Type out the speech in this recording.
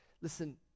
Listen